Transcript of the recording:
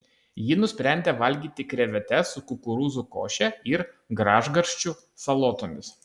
ji nusprendė valgyti krevetes su kukurūzų koše ir gražgarsčių salotomis